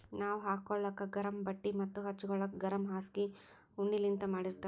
ನಾವ್ ಹಾಕೋಳಕ್ ಗರಮ್ ಬಟ್ಟಿ ಮತ್ತ್ ಹಚ್ಗೋಲಕ್ ಗರಮ್ ಹಾಸ್ಗಿ ಉಣ್ಣಿಲಿಂತ್ ಮಾಡಿರ್ತರ್